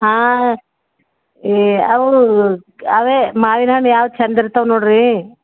ಹಾಂ ಏ ಅವು ಅವೇ ಮಾವಿನ ಹಣ್ಣು ಯಾವ್ದು ಚೆಂದ ಇರ್ತಾವೆ ನೋಡಿರಿ